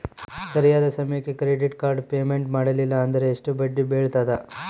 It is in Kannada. ಸರಿಯಾದ ಸಮಯಕ್ಕೆ ಕ್ರೆಡಿಟ್ ಕಾರ್ಡ್ ಪೇಮೆಂಟ್ ಮಾಡಲಿಲ್ಲ ಅಂದ್ರೆ ಎಷ್ಟು ಬಡ್ಡಿ ಬೇಳ್ತದ?